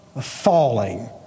Falling